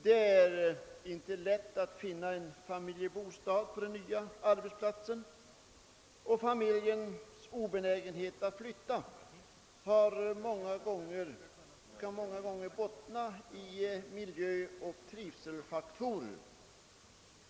Det är inte lätt att finna en familjebostad på den ort där den nya arbetsplatsen är belägen, och familjens obenägenhet att flytta kan många gånger bottna i miljöoch trivselfaktorer.